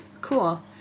Cool